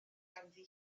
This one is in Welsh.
ganddi